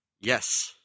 Yes